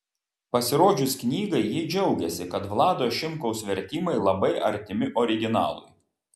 pasirodžius knygai ji džiaugėsi kad vlado šimkaus vertimai labai artimi originalui